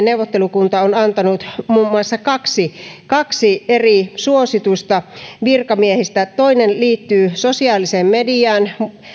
neuvottelukunta on antanut muun muassa kaksi kaksi eri suositusta virkamiehistä toinen liittyy sosiaaliseen mediaan